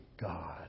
God